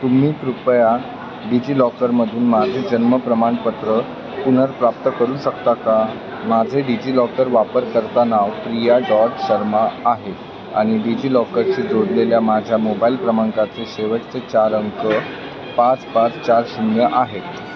तुम्ही कृपया डिजि लॉकरमधून माझे जन्म प्रमाणपत्र पुनर्प्राप्त करू शकता का माझे डिजि लॉकर वापरकर्ता नाव प्रिया डॉट शर्मा आहे आणि डिजि लॉकरशी जोडलेल्या माझ्या मोबाईल क्रमांकाचे शेवटचे चार अंक पाच पाच चार शून्य आहेत